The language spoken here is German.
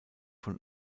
von